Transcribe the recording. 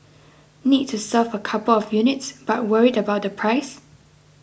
need to serve a couple of units but worried about the price